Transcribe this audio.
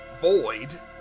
void